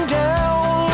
down